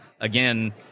again